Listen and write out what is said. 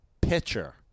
pitcher